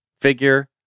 figure